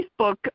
Facebook